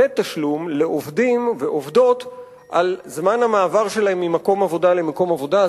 לתת תשלום לעובדים ועובדות על זמן המעבר שלהם ממקום עבודה למקום עבודה.